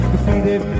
Defeated